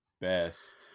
best